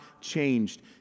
changed